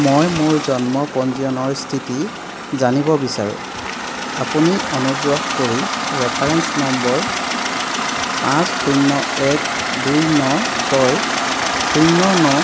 মই মোৰ জন্ম পঞ্জীয়নৰ স্থিতি জানিব বিচাৰোঁ আপুনি অনুগ্ৰহ কৰি ৰেফাৰেঞ্চ নম্বৰ পাঁচ শূন্য এক দুই ন ছয় শূন্য ন